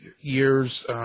years –